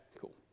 cool